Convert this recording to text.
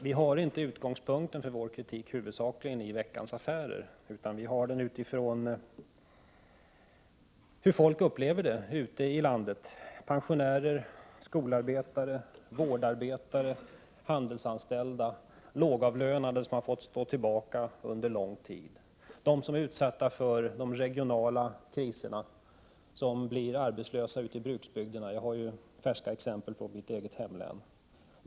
Vi har inte utgångspunkten för vår kritik huvudsakligen i Veckans Affärer, utan vi har den i hur folk upplever verkligheten ute i landet: pensionärer, skolarbetare, vårdarbetare, handelsanställda, lågavlönade som har fått stå tillbaka under lång tid, de som är utsatta för de regionala kriserna, de som blir arbetslösa ute i bruksbygderna — jag har färska exempel från mitt eget hemlän.